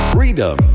Freedom